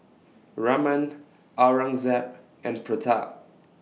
Raman Aurangzeb and Pratap